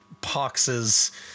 poxes